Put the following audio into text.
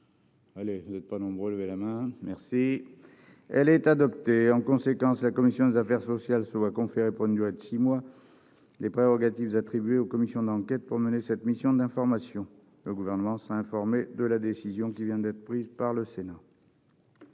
la demande de la commission des affaires sociales. En conséquence, la commission des affaires sociales se voit conférer, pour une durée de six mois, les prérogatives attribuées aux commissions d'enquête pour mener cette mission d'information. Le Gouvernement sera informé de la décision qui vient d'être prise par le Sénat.